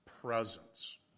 presence